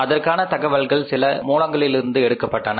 அதற்கான தகவல்கள் சில மூலங்களிலிருந்து எடுக்கப்பட்டுள்ளன